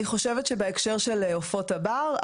אני חושבת שבהקשר של עופות הבר,